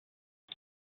cet